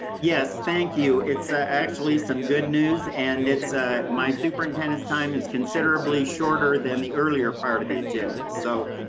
yes, thank you. it's ah actually some good news, and it's that ah my superintendent's time is considerably shorter than the earlier part of the agenda. so,